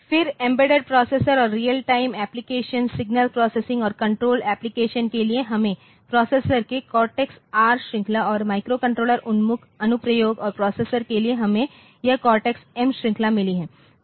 फिर embedded processor और real time application signal processing और कंट्रोल एप्लिकेशन के लिए हमें प्रोसेसर के कोर्टेक्स आर श्रृंखला और माइक्रोकंट्रोलर उन्मुख अनुप्रयोगों और प्रोसेसर के लिए हमें यह कोर्टेक्स एम श्रृंखला मिली है